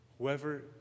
whoever